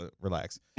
relax